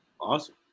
Awesome